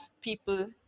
people